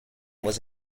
was